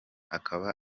akaba